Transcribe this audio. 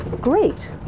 great